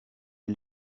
est